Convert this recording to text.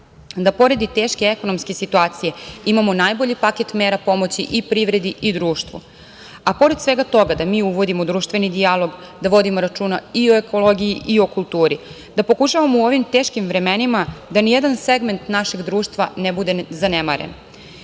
Pored teške ekonomske situacije imamo najbolji paket mera pomoći i privredi i društvu. Pored svega toga, mi uvodimo društveni dijalog, vodimo računa i o ekologiji i o kulturi. U ovim teškim vremenima pokušavamo da nijedan segment našeg društva ne bude zanemaren. Dok